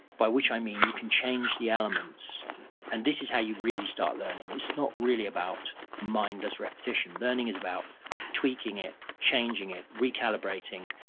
by which i mean you can change the elements and this is how you really start learning. it's not really about mindless repetition. learning is about tweaking it, changing it, recalibrating.